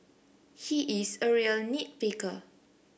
he is a real nit picker